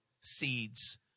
seeds